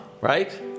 right